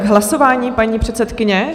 K hlasování paní předsedkyně?